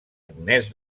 agnès